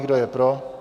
Kdo je pro?